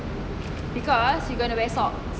because you gonna wear sock